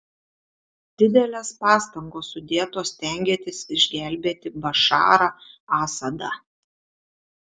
didelės pastangos sudėtos stengiantis išgelbėti bašarą asadą